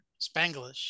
Spanglish